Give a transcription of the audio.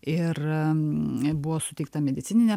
ir nebuvo suteikta medicininė